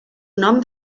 nom